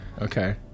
Okay